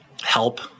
help